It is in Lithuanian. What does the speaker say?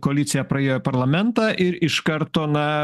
koalicija praėjo į parlamentą ir iš karto na